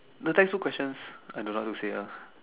the textbook questions I don't know how to say ah